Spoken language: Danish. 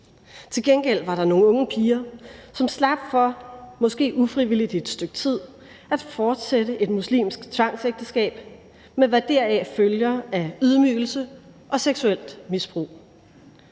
Til gengæld var der nogle unge piger, som slap for måske ufrivilligt i et stykke tid at fortsætte et muslimsk tvangsægteskab, med hvad deraf følger af ydmygelse og seksuelt misbrug.